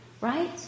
right